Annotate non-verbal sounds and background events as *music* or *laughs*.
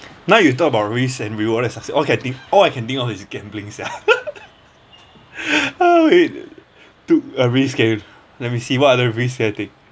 now you talk about risk and reward all I can think all I can think of is gambling sia *laughs* took a risk let me see what other risk did I take